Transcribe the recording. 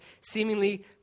seemingly